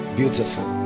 beautiful